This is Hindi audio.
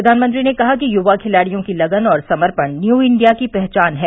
प्र्यानमंत्री ने कहा कि युवा खिलाड़ियों की लगन और समर्पण न्यू इंडिया की पहचान है